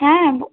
হ্যাঁ